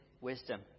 wisdom